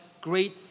great